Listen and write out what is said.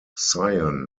cyan